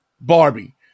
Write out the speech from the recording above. Barbie